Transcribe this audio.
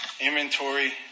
inventory